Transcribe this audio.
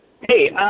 Hey